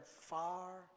far